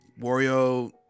Wario